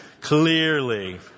clearly